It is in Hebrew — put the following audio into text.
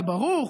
זה ברור,